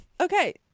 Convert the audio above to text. Okay